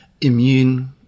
immune